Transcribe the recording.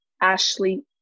Ashley